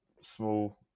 small